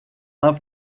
have